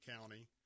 County